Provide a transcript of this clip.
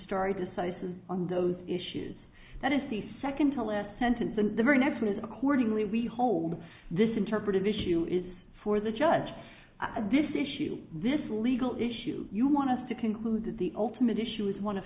starry decisis on those issues that is the second to last sentence in the very next ms accordingly we hold this interpretive issue is for the judge at this issue this legal issue you want us to conclude that the ultimate issue is one of